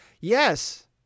Yes